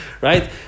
Right